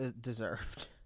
deserved